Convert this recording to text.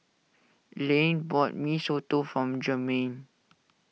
Layne bought Mee Soto from Jermaine